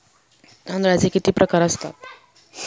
तांदळाचे किती प्रकार असतात?